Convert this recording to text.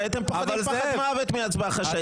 הרי אתם פוחדים פחד מוות מהצבעה חשאית.